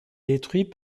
détruit